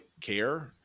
care